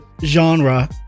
genre